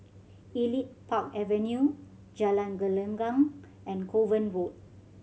Elite Park Avenue Jalan Gelenggang and Kovan Road